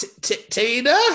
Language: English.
Tina